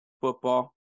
football